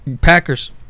Packers